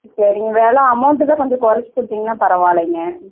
சரிங்க விலை அமௌன்ட்டு தான் கொஞ்சம் கொறச்சு கொடுத்திங்னா பரவாயிலைங்க